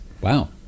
Wow